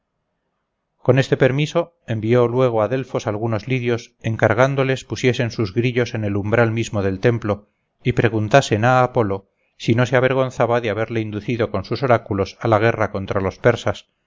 con este permiso envió luego a delfos algunos lidios encargándoles pusiesen sus grillos en el umbral mismo del templo y preguntasen a apolo si no se avergonzaba de haberle inducido con sus oráculos a la guerra contra los persas